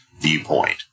viewpoint